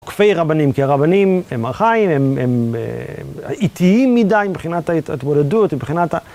עוקפי רבנים, כי הרבנים הם ארכאיים, הם איטיים מדי מבחינת ההתמודדות, מבחינת ה...